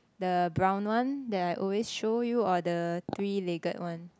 the brown one that I always show you or the three legged one